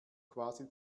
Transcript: quasi